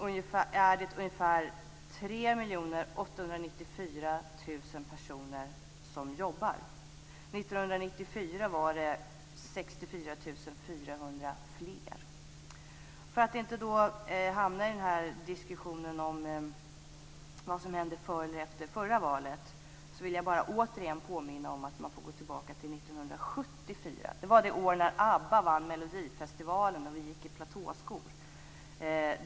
I dag är det ungefär 3 894 000 personer som jobbar. År 1994 var det 64 400 fler. För att inte hamna i diskussionen om vad som hände före eller efter det förra valet vill jag bara återigen påminna om att man får gå tillbaka till 1974 för att hitta samma siffror. Det var det år när ABBA vann melodifestivalen och vi gick i platåskor.